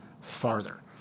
farther